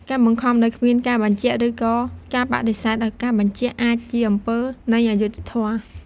ការបង្ខំដោយគ្មានការបញ្ជាក់ ឬក៏ការបដិសេធឱកាសបញ្ជាក់អាចជាអំពើនៃអយុត្តិធម៌។